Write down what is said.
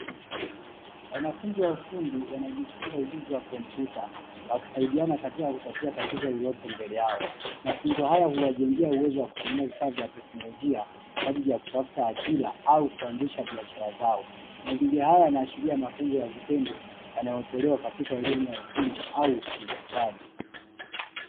Wanafunzi wa ufundi wanajifunza ujuzi wa kompyuta, wakisaidiana katika kutatua tatizo lililopo mbele yao, mafunzo haya huwajengea uwezo wa kutumia vifaa vya kiteknolojia kwa ajili ya kutafuta ajira au kuanzisha biashara zao, mazingira haya yanaashiria mafunzo ya vitendo yanayotolewa katika elimu ya ufundi au stadi.